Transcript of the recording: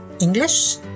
English